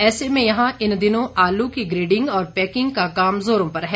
ऐसे में यहां इन दिनों आलू की ग्रेडिंग और पैकिंग का काम जोरों पर है